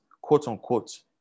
quote-unquote